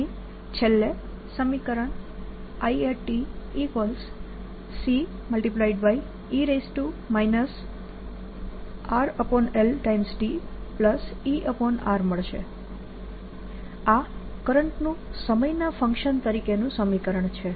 તેથી છેલ્લે સમીકરણ ICe RL tER મળશે આ કરંટનું સમયના ફંક્શન તરીકેનું સમીકરણ છે